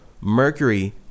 Mercury